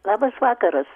labas vakaras